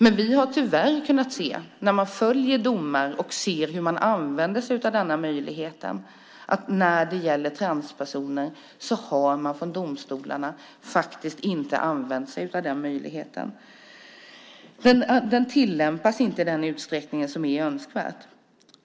Dock har vi tyvärr kunnat se, när vi följt domar och tittat på hur man använder sig av denna möjlighet, att när det gäller transpersoner har domstolarna inte använt sig av denna möjlighet. Den tillämpas inte i den utsträckning som är önskvärd.